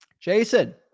Jason